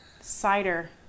cider